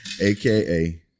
AKA